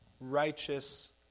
righteous